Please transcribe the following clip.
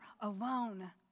alone